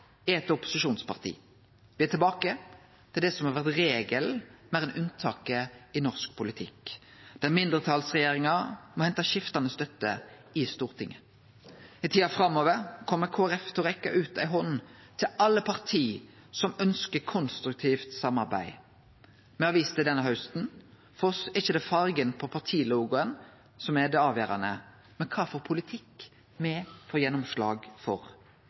er eit opposisjonsparti. Me er tilbake til det som har vore regelen meir enn unntaket i norsk politikk, der mindretalsregjeringar må hente skiftande støtte i Stortinget. I tida framover kjem Kristeleg Folkeparti til å rekkje ut ei hand til alle parti som ønskjer konstruktivt samarbeid. Me har vist det denne hausten: For oss er det ikkje fargen på partilogoen som er det avgjerande, men kva politikk me får gjennomslag for.